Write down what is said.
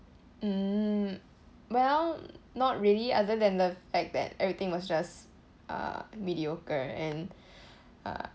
mm well not really other than the fact that everything was just uh mediocre and uh